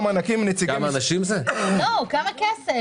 שנדע כמה כסף.